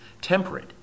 temperate